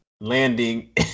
landing